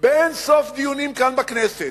באין-סוף דיונים כאן בכנסת,